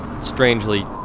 strangely